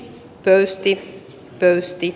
pöysti pöysti